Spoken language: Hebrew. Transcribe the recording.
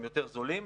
יותר זולים.